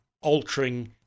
altering